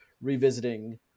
revisiting